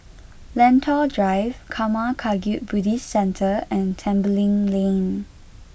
Lentor Drive Karma Kagyud Buddhist Centre and Tembeling Lane